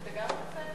אתה גם רוצה,